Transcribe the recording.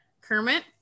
Kermit